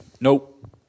Nope